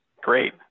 great